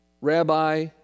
rabbi